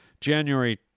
January